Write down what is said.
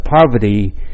poverty